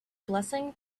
blessing